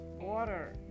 water